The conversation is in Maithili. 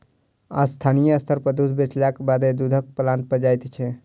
स्थानीय स्तर पर दूध बेचलाक बादे दूधक प्लांट पर जाइत छै